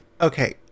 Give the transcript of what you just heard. okay